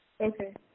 Okay